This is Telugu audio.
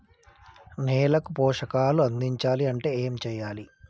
నేలకు పోషకాలు అందించాలి అంటే ఏం చెయ్యాలి?